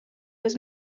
was